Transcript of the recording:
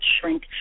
shrink